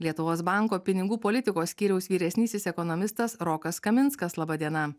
lietuvos banko pinigų politikos skyriaus vyresnysis ekonomistas rokas kaminskas laba diena